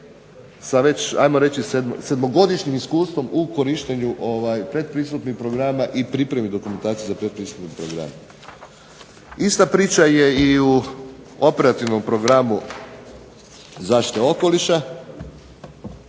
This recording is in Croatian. reći sedmogodišnjim iskustvom u korištenju pretpristupnih programa i pripremi dokumentacije za pretpristupne programe. Ista priča je i u operativnom programu zaštite okoliša